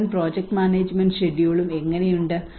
മുഴുവൻ project management ഷെഡ്യൂളും എങ്ങനെയുണ്ട്